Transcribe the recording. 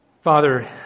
Father